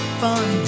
fun